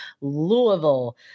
Louisville